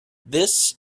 this